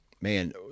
man